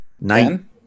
nine